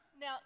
Now